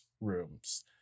rooms